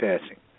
passing